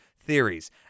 theories